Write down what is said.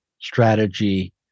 strategy